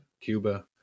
Cuba